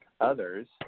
Others